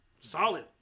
Solid